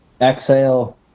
Exhale